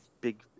big